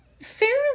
Fairly